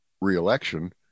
reelection